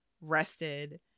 rested